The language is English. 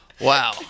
wow